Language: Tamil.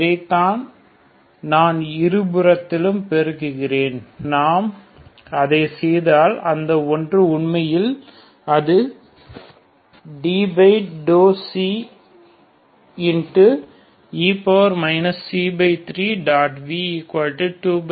இதைத்தான் நான் இரு புறத்திலும் பெருக்குகிறேன் நாம் அதை செய்தால் அந்த ஒன்று உண்மையில் அது dξ e 3